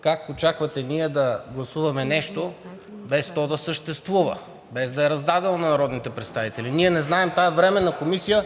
Как очаквате ние да гласуваме нещо, без то да съществува, без да е раздадено на народните представители? Ние не знаем тази временна комисия